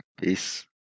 Peace